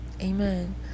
Amen